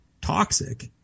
toxic